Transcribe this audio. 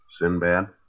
Sinbad